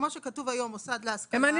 כמו שכתוב היום מוסד להשכלה --- אם אני